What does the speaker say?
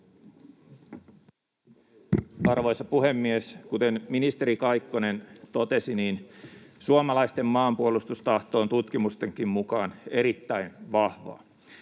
Arvoisa puhemies! Kuten ministeri Kaikkonen totesi, suomalaisten maanpuolustustahto on tutkimustenkin mukaan erittäin vahvaa.